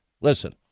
Listen